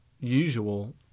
usual